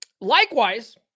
likewise